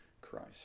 Christ